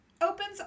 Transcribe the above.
Opens